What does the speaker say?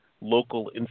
local